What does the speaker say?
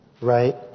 right